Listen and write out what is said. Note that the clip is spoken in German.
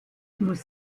muss